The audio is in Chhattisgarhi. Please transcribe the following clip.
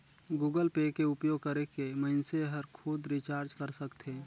गुगल पे के उपयोग करके मइनसे हर खुद रिचार्ज कर सकथे